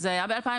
זה היה ב-2012.